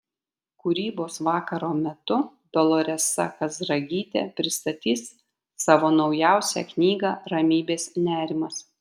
kūrybos vakaro metu doloresa kazragytė pristatys savo naujausią knygą ramybės nerimas